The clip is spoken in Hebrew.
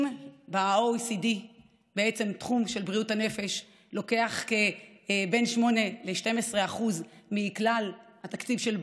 אם ב-OECD תחום בריאות נפש לוקח בין 8% ל-12% מכלל התקציב של בריאות,